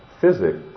physics